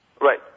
Right